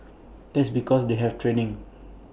that's because they have training